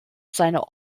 seiner